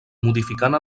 modificant